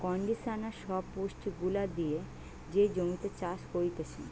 conditioner সব পুষ্টি গুলা দিয়ে যে জমিতে চাষ করতিছে